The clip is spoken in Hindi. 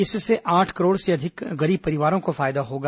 इससे आठ करोड़ से अधिक बीपीएल परिवारों को फायदा होगा